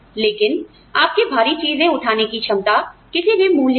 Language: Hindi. लेकिन आपकी भारी चीजें उठाने की क्षमता किसी भी मूल्य की नहीं है